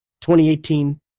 2018